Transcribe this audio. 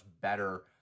better